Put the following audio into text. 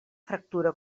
fractura